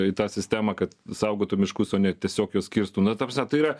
į tą sistemą kad saugotų miškus o ne tiesiog juos kirstų na ta prasme tai yra